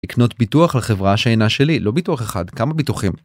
לקנות ביטוח לחברה שאינה שלי, לא ביטוח אחד, כמה ביטוחים.